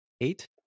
eight